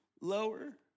lower